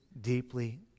deeply